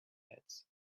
pits